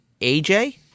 AJ